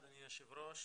אדוני היושב ראש,